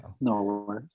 No